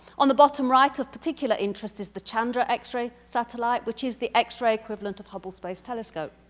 on the bottom right of particular interest is the chandra x-ray satellite which is the x-ray equivalent of hubble space telescope.